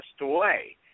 away